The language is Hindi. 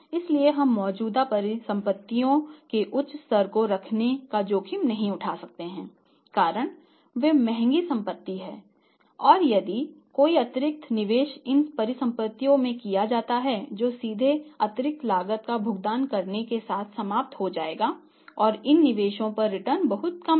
इसलिए हम मौजूदा परिसंपत्तियों के उच्च स्तर को रखने का जोखिम नहीं उठा सकते हैं कारण वे महंगी संपत्ति हैं और यदि कोई अतिरिक्त निवेश इन परिसंपत्तियों में किया जाता है जो सीधे अतिरिक्त लागत का भुगतान करने के साथ समाप्त हो जाएगा और इन निवेशों पर रिटर्न बहुत कम है